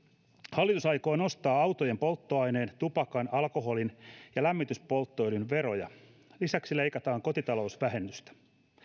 hallitus aikoo nostaa autojen polttoaineen tupakan alkoholin ja lämmityspolttoöljyn veroja lisäksi leikataan kotitalousvähennystä